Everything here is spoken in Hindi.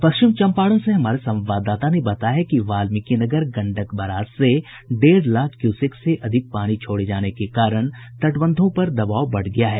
पश्चिम चंपारण से हमारे संवाददाता ने बताया है कि वाल्मीकिनगर गंडक बराज से डेढ़ लाख क्यूसेक से अधिक पानी छोड़े जाने के कारण तटबंधों पर दबाव बढ़ गया है